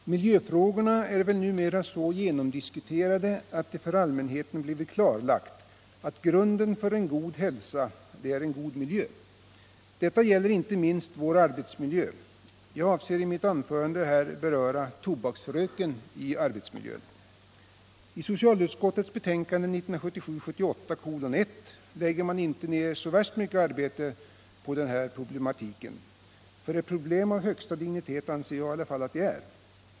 Herr talman! Miljöfrågorna är väl numera så genomdiskuterade att det för allmänheten blivit klarlagt att grunden för god hälsa är en god miljö. Detta gäller inte minst vår arbetsmiljö. Jag avser att i mitt anförande beröra tobaksröken i arbetsmiljön. I socialutskottets betänkande 1977/78:1 lägger man inte ned så värst mycket arbete på den här problematiken. För ett problem av högsta dignitet anser i alla fall jag att det är.